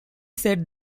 said